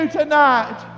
tonight